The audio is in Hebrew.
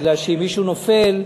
כדי שאם מישהו נופל,